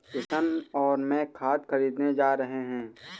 किशन और मैं खाद खरीदने जा रहे हैं